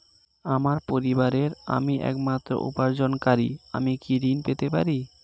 আমার পরিবারের আমি একমাত্র উপার্জনকারী আমি কি ঋণ পেতে পারি?